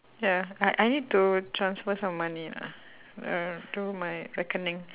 ya I I need to transfer some money lah uh to my